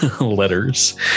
letters